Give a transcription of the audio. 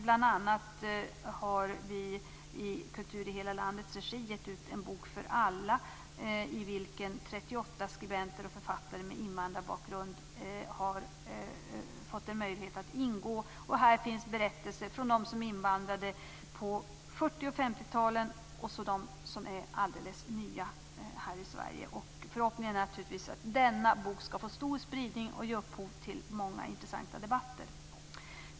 Bl.a. har vi i Kultur i hela landets regi gett ut en bok i serien En bok för alla i vilken 38 skribenter och författare med invandrarbakgrund har fått möjlighet att bidra. Här finns berättelser från dem som invandrade på 40 och 50 talet och från dem som är alldeles nya här i Sverige. Förhoppningen är naturligtvis att denna bok skall få stor spridning och ge upphov till många intressanta debatter.